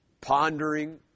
pondering